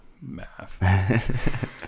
math